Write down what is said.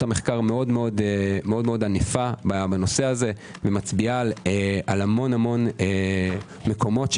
המחקר מאוד ענפה בנושא הזה ומצביעה על המון מקומות,